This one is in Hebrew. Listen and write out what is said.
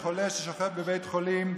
חולה ששוכב בבית חולים,